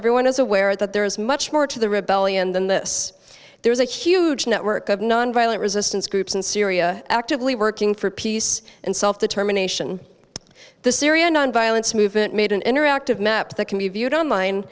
everyone is aware that there is much more to the rebellion than this there is a huge network of nonviolent resistance groups in syria actively working for peace and self determination the syrian nonviolence movement made an interactive map that can be viewed online